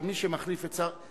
שמי שמחליף את השר,